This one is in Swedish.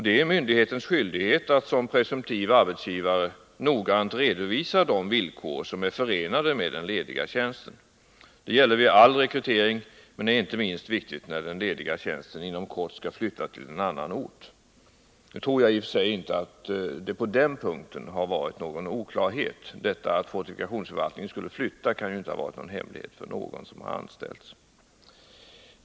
Det är myndighetens skyldighet att som presumtiv arbetsgivare noggrant redovisa de villkor som är förenade med den lediga tjänsten. Det gäller vid all rekrytering men är inte minst viktigt när det inom kort skall ske en förflyttning till annan ort. Jag tror i och för sig inte att det på den punkten varit några oklarheter — att fortifikationsförvaltningen skulle flytta kan inte ha varit en hemlighet för någon som anställts.